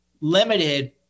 limited